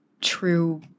true